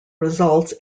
results